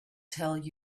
tell